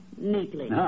neatly